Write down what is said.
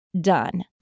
done